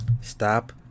Stop